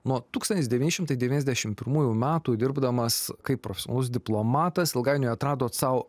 nuo tūkstantis devyni šimtai devyniasdešim pirmųjų metų dirbdamas kaip profesionalus diplomatas ilgainiui atradot sau